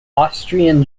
austrian